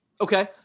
Okay